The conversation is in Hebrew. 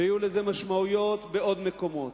ויהיו לזה משמעויות בעוד מקומות.